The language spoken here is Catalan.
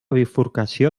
bifurcació